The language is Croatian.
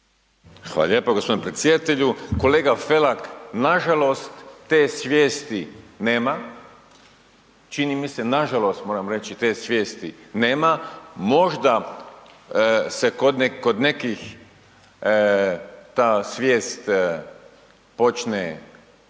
Hvala lijepo g. predsjedatelju. Kolega Felak, nažalost te svijesti nema čini mi se, nažalost, moram reći, te svijesti nema, možda se kod nekih ta svijest počne